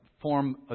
form